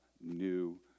new